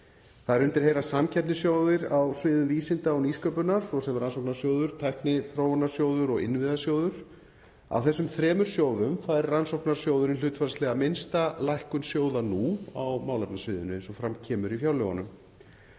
Þar undir heyra samkeppnissjóðir á sviði vísinda og nýsköpunar, svo sem Rannsóknasjóður, Tækniþróunarsjóður og Innviðasjóður. Af þessum þremur sjóðum fær Rannsóknasjóðurinn hlutfallslega minnsta lækkun sjóða nú á málefnasviðinu eins og fram kemur í fjárlögunum.